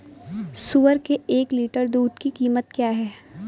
सुअर के एक लीटर दूध की कीमत क्या है?